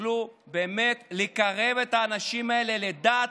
ותוכלו באמת לקרב את האנשים האלה לדת,